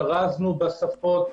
כרזנו בשפות,